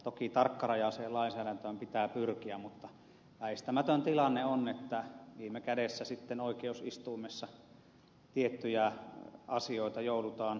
toki tarkkarajaiseen lainsäädäntöön pitää pyrkiä mutta väistämätön tilanne on että viime kädessä sitten oikeusistuimessa tiettyjä asioita joudutaan ratkomaan